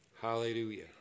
Hallelujah